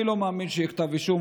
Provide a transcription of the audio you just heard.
אני לא מאמין שיהיה כתב אישום,